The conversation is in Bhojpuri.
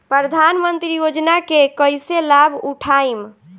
प्रधानमंत्री योजना के कईसे लाभ उठाईम?